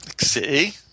See